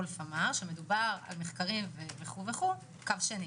וולף אמר שמדובר במחקרים קו שני